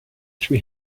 three